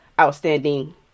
outstanding